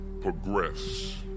progress